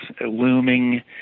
looming